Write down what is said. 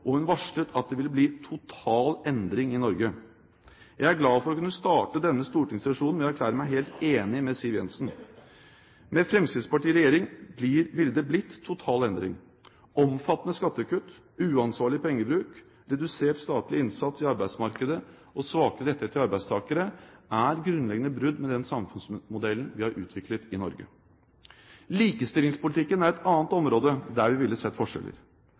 og hun varslet at det ville bli «total endring» i Norge. Jeg er glad for å kunne starte denne stortingssesjonen med å erklære meg helt enig med Siv Jensen: Med Fremskrittspartiet i regjering ville det blitt total endring. Omfattende skattekutt, uansvarlig pengebruk, redusert statlig innsats i arbeidsmarkedet og svakere rettigheter til arbeidstakerne er grunnleggende brudd med den samfunnsmodellen vi har utviklet i Norge. Likestillingspolitikken er et annet område der vi ville sett forskjeller.